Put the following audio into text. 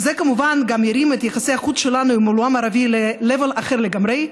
וזה כמובן גם ירים את יחסי החוץ שלנו עם הלאום הערבי ל-level אחר לגמרי,